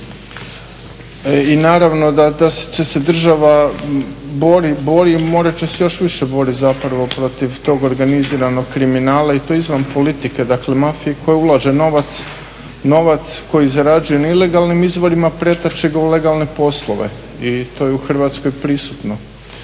I naravno da se država bori i morat će se još više borit zapravo protiv tog organiziranog kriminala i to izvan politike, dakle mafije koja ulaže novac koji zarađuje na ilegalnim izvorima pretače ga u legalne poslove i to je u Hrvatskoj prisutno.